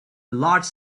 large